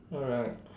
alright